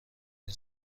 این